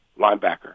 linebacker